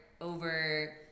over